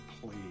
Please